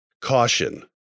Caution